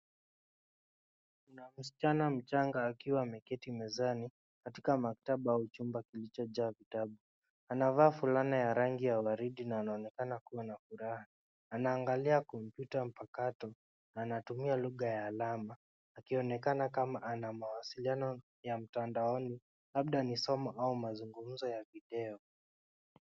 Kuna msichana mchanga akiwa ameketi mezani katika maktaba au chumba kilichojaa vitabu. Anavaa fulana ya rangi ya waridi na anaonekana kuwa na furaha, anaangalia kompyuta mpakato na anatumia lugha ya alama, akionekana kama ana mawasiliano ya mtandaoni, labda ni somo au mazungumzo ya video.